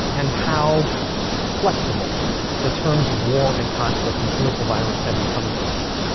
and how flexible the terms of war and conflict and political violence have become for us.